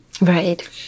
Right